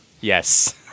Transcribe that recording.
yes